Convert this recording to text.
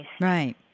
Right